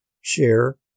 Share